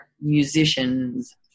musicians